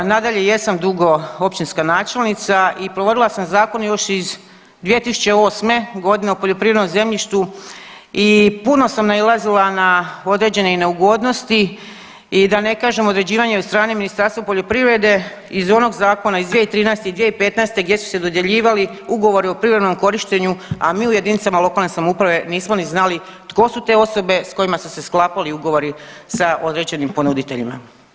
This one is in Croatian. Nadalje, jesam dugo općina načelnica i provodila sam zakon još iz 2008.g. o poljoprivrednom zemljištu i puno sam nailazila i na određene neugodnosti i da ne kažem određivanje od strane Ministarstva poljoprivrede iz onog zakona iz 2013. i 2015. gdje su se dodjeljivali ugovori o privremenom korištenju, a mi u jedinicama lokalne samouprave nismo ni znali tko su te osobe s kojima su se sklapali ugovori sa određenim ponuditeljima.